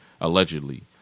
Allegedly